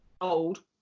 old